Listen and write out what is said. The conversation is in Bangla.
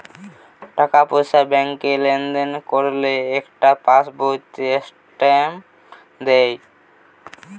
টাকা পয়সা ব্যাংকে লেনদেন করলে একটা পাশ বইতে স্টেটমেন্ট দেয়